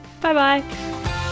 Bye-bye